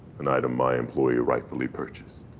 an item my employer rightfully purchased.